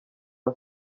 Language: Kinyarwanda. aho